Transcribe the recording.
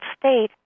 state